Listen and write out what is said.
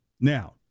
Now